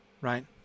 right